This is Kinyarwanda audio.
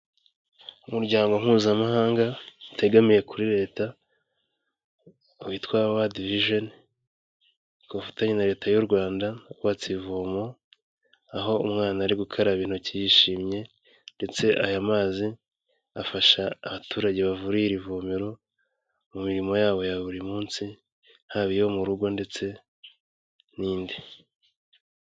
Umuryango mpuzamahanga utegamiye kuri leta, witwa wadivijeni, ku bufatanye na leta y'u Rwanda batse ivomo, aho umwana ari gukaraba intoki yishimye, ndetse aya mazi afasha abaturage bavurira iri ivomero mu mirimo yabo ya buri munsi, haba iyo mu rugo, ndetse n'indi.